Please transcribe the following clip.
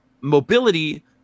mobility